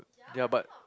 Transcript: ya but